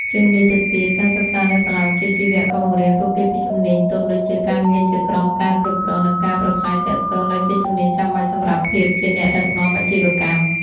ជាងនេះទៅទៀត ការសិក្សានៅសាលាវិជ្ជាជីវៈ ក៏បង្រៀនពួកគេពីជំនាញទន់ដូចជា ការងារជាក្រុម ការគ្រប់គ្រង និងការប្រាស្រ័យទាក់ទង ដែលជាជំនាញចាំបាច់សម្រាប់ភាពជាអ្នកដឹកនាំអាជីវកម្ម។